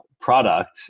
product